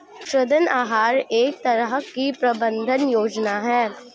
ऋण आहार एक तरह की प्रबन्धन योजना है